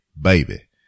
Baby